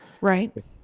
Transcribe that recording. Right